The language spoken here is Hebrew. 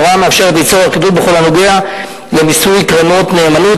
ההוראה מאפשרת ליצור אחידות בכל הנוגע למיסוי קרנות נאמנות.